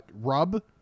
rub